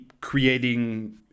creating